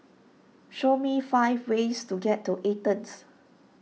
show me five ways to get to Athens